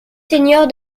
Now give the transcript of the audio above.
seigneurs